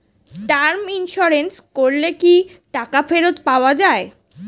Term insurance করলে কি টাকা ফেরত পাওয়া যায়?